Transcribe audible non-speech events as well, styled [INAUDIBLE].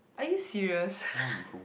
are you serious [NOISE]